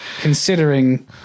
considering